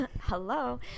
hello